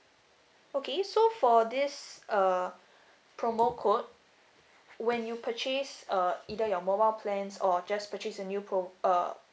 okay so for this uh promo code when you purchase uh either your mobile plans or just purchase a new pro~ uh